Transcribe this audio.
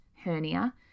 hernia